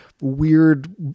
weird